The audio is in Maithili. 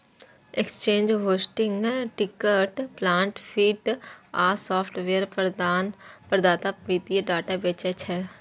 exchange, hosting, ticker plant feed आ सॉफ्टवेयर प्रदाता वित्तीय डाटा बेचै छै